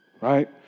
right